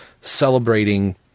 celebrating